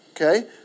Okay